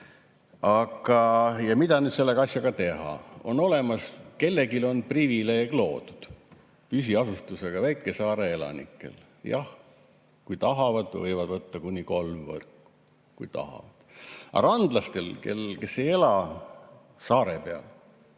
Aga mida nüüd selle asjaga teha? Kellelegi on privileeg loodud, püsiasustusega väikesaare elanikele. Jah, kui tahavad, võivad võtta kuni kolm võrku. Kui tahavad. Aga randlastel, kes ei ela saare peal,